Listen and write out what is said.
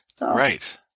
Right